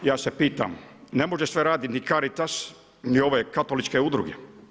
Ja se pitam, ne može sve raditi ni Caritas ni ove katoličke udruge.